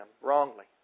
wrongly